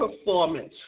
performance